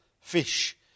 fish